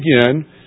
again